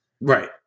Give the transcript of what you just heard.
Right